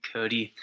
Cody